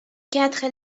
quatre